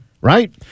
right